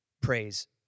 praise